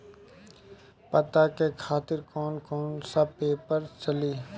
पता के खातिर कौन कौन सा पेपर चली?